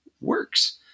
works